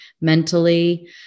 mentally